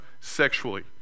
sexually